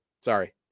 Sorry